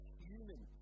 human